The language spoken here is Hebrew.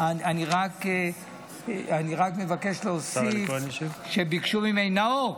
אני רק מבקש להוסיף שביקשו ממני, נאור,